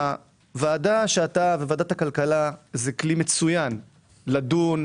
הוועדה הזו וועדת הכלכלה הן כלי מצוין לדון,